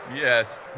Yes